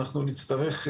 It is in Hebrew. אנחנו נצטרך,